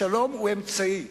השלום הוא אמצעי,